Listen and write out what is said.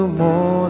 more